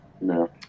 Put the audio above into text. No